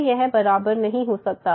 तो यह बराबर नहीं हो सकता